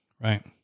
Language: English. right